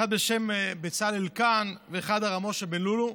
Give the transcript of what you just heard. האחד בשם בצלאל קאהן והאחד הרב משה בן לולו,